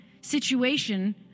situation